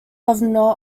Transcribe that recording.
not